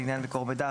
"לעניין מקור מידע",